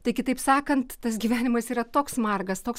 tai kitaip sakant tas gyvenimas yra toks margas toks